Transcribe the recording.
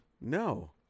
No